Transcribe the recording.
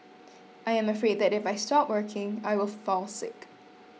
I am afraid that if I stop working I will fall sick